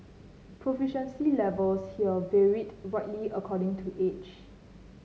proficiency levels here varied widely according to age